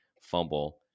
fumble